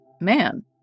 man